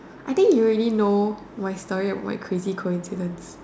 I think you already know my story about my crazy coincidence